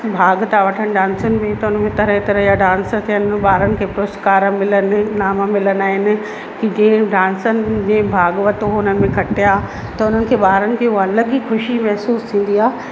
भाॻ था वठनि डांसुन में त उनमें तरह तरह या डांस थियनि त ॿारनि खे पुरुस्कार मिलनि इनाम मिलंदा आहिनि की जंहिं डांसनि में भाॻ वरितो हुनमें खटिया त हुननि खे ॿारनि खे हो अलॻि ई ख़ुशी महिसूसु थींदी आहे